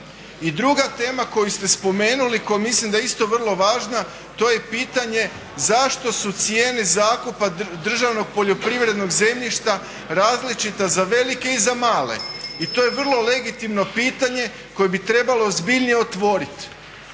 I druga tema koju ste spomenuli, koja mislim da je isto vrlo važna, to je pitanje zašto su cijene zakupa državnog poljoprivrednog zemljišta različita za velike i za male i to je vrlo legitimno pitanje koje bi trebalo ozbiljnije otvorit.